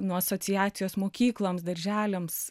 nuo asociacijos mokykloms darželiams